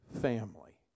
family